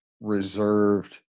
reserved